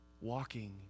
walking